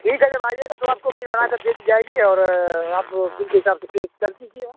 ठीक है जब आइएगा तो आपको बिल बनाकर दे दी जाएगी और आप बिल के हिसाब से पे कर दीजिएगा